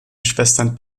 schwestern